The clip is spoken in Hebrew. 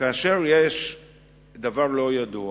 כאשר יש דבר לא ידוע,